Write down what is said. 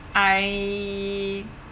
I